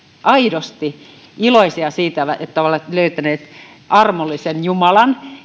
aidosti iloisia siitä että ovat löytäneet armollisen jumalan